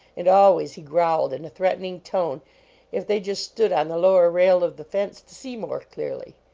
and always he growled in a threatening tone if they just stood on the lower rail of the fence to see more clearly.